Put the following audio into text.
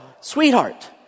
Sweetheart